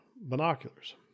binoculars